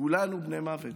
כולנו בני מוות,